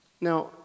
Now